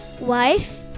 wife